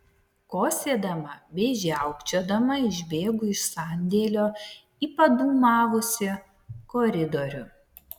kosėdama bei žiaukčiodama išbėgu iš sandėlio į padūmavusį koridorių